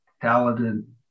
talented